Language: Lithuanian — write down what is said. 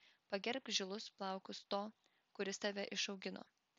pagerbk žilus plaukus to kuris tave išaugino